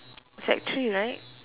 sec three right